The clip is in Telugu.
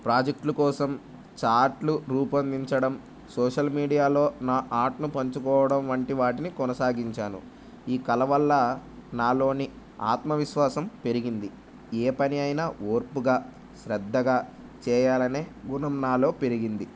ప్రాజెక్టుల కోసం చార్ట్లు రూపొందించడం సోషల్ మీడియాలో నా ఆర్ట్ను పంచుకోవడం వంటి వాటిని కొనసాగించాను ఈ కళ వల్ల నాలోని ఆత్మవిశ్వాసం పెరిగింది ఏ పని అయినా ఓర్పుగా శ్రద్ధగా చేయాలనే గుణం నాలో పెరిగింది